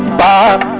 bob